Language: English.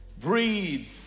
Breathe